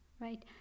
right